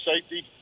safety